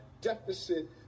deficit